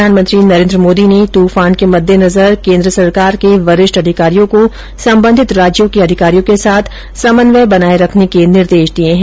प्रधानमंत्री नरेंद्र मोदी ने तूफान के मद्देनजर केंद्र सरकार के वरिष्ठ अधिकारियों को संबंधित राज्यों के अधिकारियों के साथ समन्वय बनाये रखने के निर्देश दिए हैं